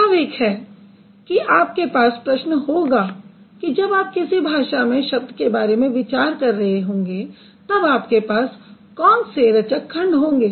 स्वाभाविक है कि अब आपके पास प्रश्न होगा कि जब आप किसी भाषा में शब्द के बारे में विचार कर रहे होंगे तब आपके पास कौन से रचक खंड होंगे